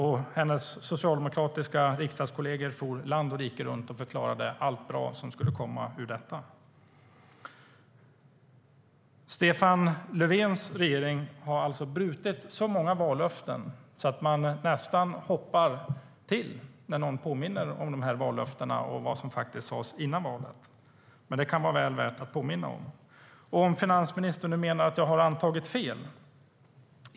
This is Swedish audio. Hennes socialdemokratiska riksdagskollegor for land och rike runt och förklarade allt bra som skulle komma ur detta. Stefan Löfvens regering har alltså brutit så många vallöften att man nästan hoppar till när någon påminner om de här vallöftena och vad som faktiskt sas före valet. Det kan vara väl värt att påminna om. Finansministern menar att jag har antagit fel.